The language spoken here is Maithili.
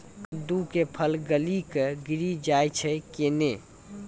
कददु के फल गली कऽ गिरी जाय छै कैने?